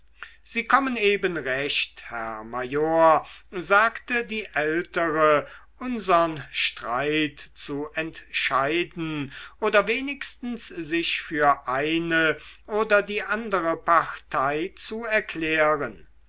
sie kommen eben recht herr major sagte die ältere unsern streit zu entscheiden oder wenigstens sich für eine oder die andere partei zu erklären